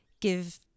give